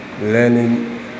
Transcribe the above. learning